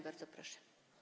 Bardzo proszę.